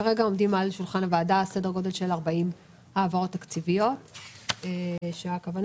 כרגע עומדים על שולחן הוועדה סדר גודל של 40 העברות תקציביות כאשר הכוונה